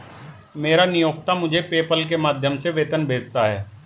मेरा नियोक्ता मुझे पेपैल के माध्यम से वेतन भेजता है